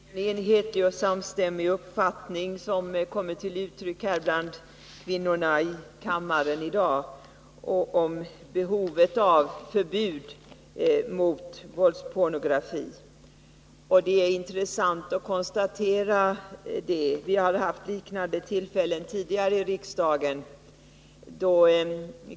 Herr talman! Det är intressant att konstatera att en enhetlig och samstämmig uppfattning i dag kommer till uttryck bland kvinnorna här i kammaren. Det gäller behovet av förbud mot våldspornografi. Vi har vid tidigare tillfällen här i riksdagen haft tillfälle att ta upp frågor av liknande slag.